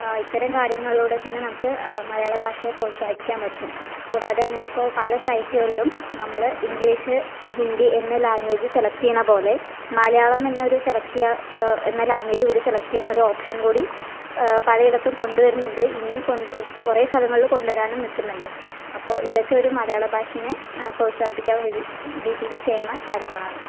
ഇത്തരം കാര്യങ്ങളിലൂടെ തന്നെ നമുക്ക് മലയാള ഭാഷയെ പ്രോത്സാഹിപ്പിക്കാൻ പറ്റും കൂടാതെ തന്നെ ഇപ്പോൾ പല സൈറ്റുകളിലും നമ്മള് ഇംഗ്ലീഷ് ഹിന്ദി എന്ന ലാംഗ്വേജ് സെലക്ട് ചെയ്യണ പോലെ മലയാളം എന്നൊരു സെലക്ട് ചെയ്യാൻ എന്ന ലാംഗ്വേജ് കൂടി സെലക്ട് ചെയ്യാൻ ഓരു ഓപ്ഷൻ കൂടി പലയിടത്തും കൊണ്ടുവരുന്നുണ്ട് ഇനിയും കുറെ സ്ഥലങ്ങളിലും കൊണ്ടുവരാനും നിൽക്കുന്നുണ്ട് അപ്പോൾ ഇതൊക്കെ ഒരു മലയാള ഭാഷേനെ പ്രോത്സാഹിപ്പിക്കാൻ വേണ്ടിയിട്ട് ചെയ്യുന്ന കാര്യങ്ങളാണ്